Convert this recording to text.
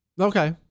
Okay